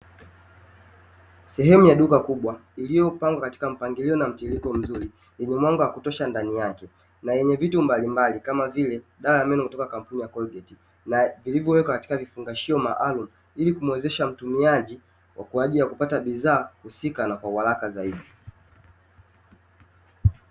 Sehemu ya duka kubwa, iliyopangwa katika mpangilio na mtiririko mzuri, yenye mwanga wa kutosha ndani yake na yenye vitu mbalimbali kama vile dawa ya meno kutoka kampuni ya "Colgate", na vilivyowekwa katika vifungashio maalumu, ili kumuwezesha mtumiaji kwa ajili ya kupata bidhaa husika na kwa uharaka zaidi.